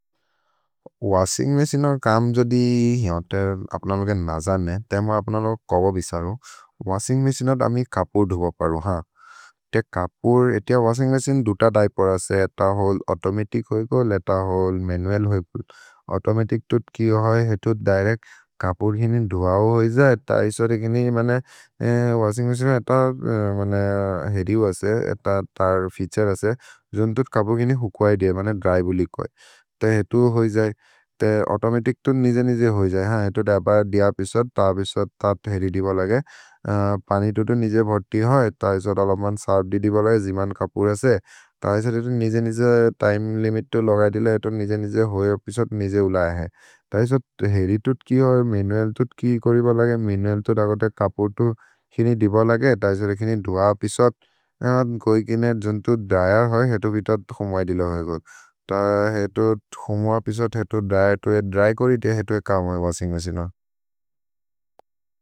Washing machine अर् कम् जोदि हिअन्ते अप्नलोगे नजने तेम अप्नलो कबबिसरो, वशिन्ग् मछिने अर् अमि कपुर् धुब परु ह। ते कपुर्, एतिय वशिन्ग् मछिने दुत दिअपेर् असे, एत होल् औतोमतिच् होइ को, लेत होल् मनुअल् होइ को। औतोमतिच् तुत् किओ होइ, हेतु दिरेच्त् कपुर् गिनि धुब होइ ज, एत ऐसरि गिनि, मने, वशिन्ग् मछिने एत, मने, हेरि हो असे। एत तर् फेअतुरे असे, जन्तुत् कपुर् गिनि हूक् होइ दिय, मने, द्र्य् बुलि कोइ, ते हेतु होइ जए, ते औतोमतिच् तुत् निगे निगे होइ जए, ह, हेतु दिअपेर् दिय फेअतुरे, त फेअतुरे, त हेरि दिब होइ लगे। पनि तुतु निगे भति होइ, त ऐसरि अलमन् सर्फ् दिदि बोल जे, जिमन् कपुर् असे, त ऐसरि एतु निगे निगे तिमे लिमित् तुत् लोग दिल, एतु निगे निगे होइ फेअतुरे निगे उल अहे, त ऐसरि हेरि तुत् कि होइ। मनुअल् तुत् कि कोरि बोल गे, मनुअल् तुत् अगते कपुर् तुत् किनि दिब लगे, त ऐसरि किनि धुब फेअतुरे, त कोइ किने जन्तुत् द्र्येर् होइ, हेतु बित तुत् हुम्ब इदिल होइ, त हेतु हुम्ब एपिसोद्, हेतु द्र्येर्, एतु द्र्य् कोरि, ते हेतु ए काम् होइ वशिन्ग् मछिने होइ।